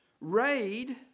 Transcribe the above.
raid